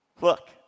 Look